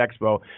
expo